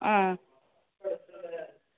ആ